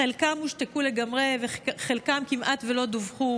חלקם הושתקו לגמרי, וחלקם כמעט שלא דווחו.